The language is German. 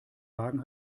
wagen